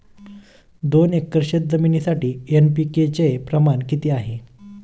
दोन एकर शेतजमिनीसाठी एन.पी.के चे प्रमाण किती आहे?